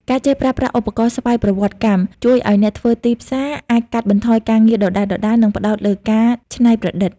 ការចេះប្រើប្រាស់ឧបករណ៍ស្វ័យប្រវត្តិកម្ម ជួយឱ្យអ្នកធ្វើទីផ្សារអាចកាត់បន្ថយការងារដដែលៗ និងផ្ដោតលើការច្នៃប្រឌិត។